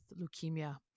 leukemia